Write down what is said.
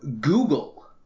Google